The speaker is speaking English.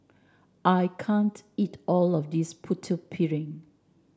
I can't eat all of this Putu Piring